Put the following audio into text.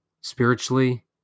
spiritually